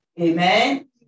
Amen